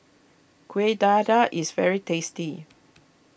Kuih Dadar is very tasty